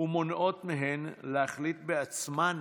ומונעות מהן להחליט בעצמן